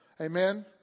Amen